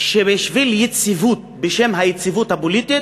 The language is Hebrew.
שבשביל יציבות, בשם היציבות הפוליטית,